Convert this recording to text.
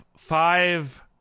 Five